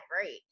great